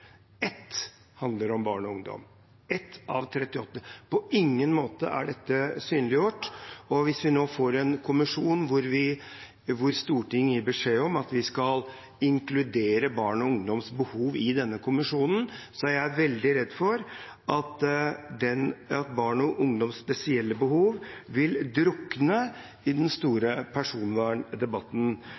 ett handler om barn og ungdom, ett av 38. På ingen måte er dette synliggjort. Hvis vi nå får en kommisjon hvor Stortinget gir beskjed om at vi skal inkludere barn og ungdoms behov i denne kommisjonen, er jeg veldig redd for at barn og ungdoms spesielle behov vil drukne i den store personverndebatten.